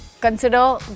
consider